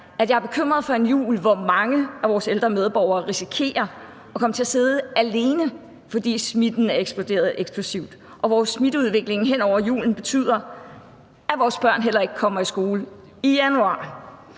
jeg er bekymret for en jul, hvor mange af vores ældre medborgere risikerer at komme til at sidde alene, fordi smitten er eksploderet, og hvor smitteudviklingen hen over julen betyder, at vores børn heller ikke kommer i skole i januar.